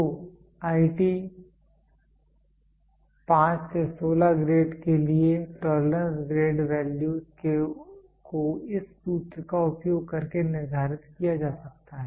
तो IT 5 से 16 grade के लिए टोलरेंस ग्रेड वैल्यूज को इस सूत्र का उपयोग करके निर्धारित किया जा सकता है